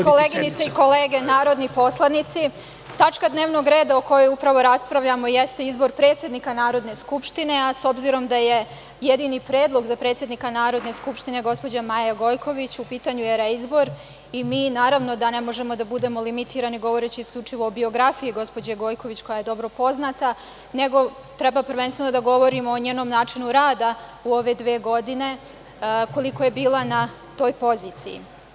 Koleginice i kolege narodni poslanici tačka dnevnog reda o kojoj upravo raspravljamo jeste izbor predsednika Narodne skupštine, a s obzirom da je jedini predlog za predsednika Narodne skupštine gospođa Maja Gojković, u pitanju je reizbor i mi naravno da ne možemo da budemo limitirani govoreći isključivo o biografiji gospođe Gojković, koja je dobro poznata, nego treba prvenstveno da govorimo o njenom načinu rada u ove dve godine, koliko je bila na toj poziciji.